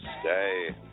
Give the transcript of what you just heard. Stay